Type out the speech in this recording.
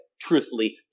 truthfully